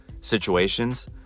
situations